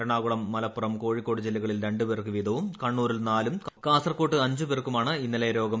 എറണാകുളം മലപ്പുറം കോഴിക്കോട് ജില്ലകളിൽ രണ്ടുപേർക്ക് വീതവും കണ്ണൂരിൽ നാലും ്കാസർകോട്ട് അഞ്ചുപേർക്കുമാണ് രോഗം